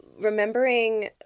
remembering